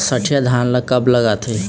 सठिया धान ला कब लगाथें?